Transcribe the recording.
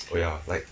oh ya like